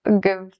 Give